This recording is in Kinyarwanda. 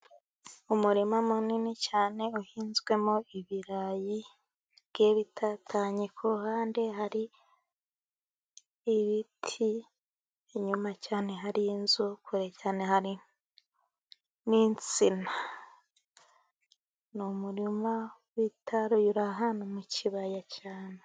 Umurima munini cyane uhinzwemo ibirayi bigiye bitatanye, ku ruhande hari ibiti, inyuma cyane hari inzu, kure cyane hari n'insina n'umurima w'itaruye uri ahantu mu kibaya cyane.